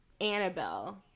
annabelle